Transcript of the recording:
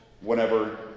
whenever